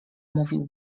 mówił